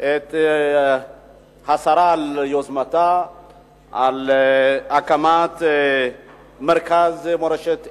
את השרה על יוזמתה, על הקמת מרכז מורשת עדות.